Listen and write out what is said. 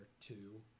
two